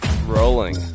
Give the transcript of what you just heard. Rolling